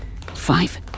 Five